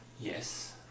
Yes